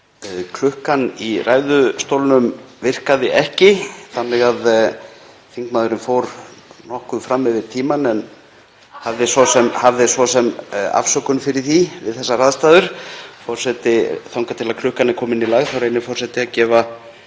klukkan í ræðustólnum virkaði ekki þannig að þingmaðurinn fór nokkuð fram yfir tímann, en hafði svo sem afsökun fyrir því við þessar aðstæður. Þangað til að klukkan er komin í lag reynir forseti að gefa